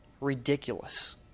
ridiculous